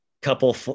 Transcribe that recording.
couple